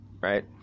right